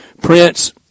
Prince